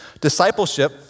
Discipleship